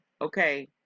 Okay